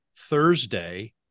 Thursday